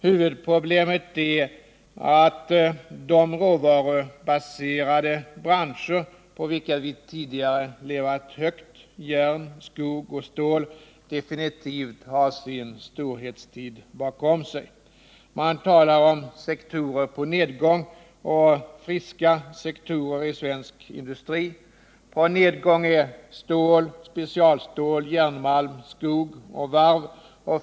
Huvudproblemet är att de råvarubaserade branscher på vilka vi tidigare levat högt, järn, skog och stål, definitivt har sin storhetstid bakom sig. Man talar om sektorer på nedgång och friska sektorer i svensk industri. På nedgång är stål, specialstål, järnmalm, skog och varv.